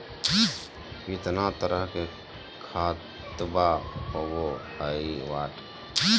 कितना तरह के खातवा होव हई?